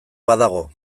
badago